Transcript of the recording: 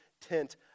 tent